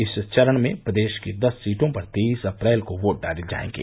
इस चरण में प्रदेश की दस सीटों पर तेईस अप्रैल को वोट डाले जायेंगे